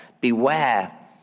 beware